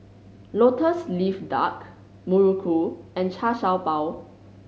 Lotus Leaf Duck muruku and Char Siew Bao